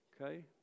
Okay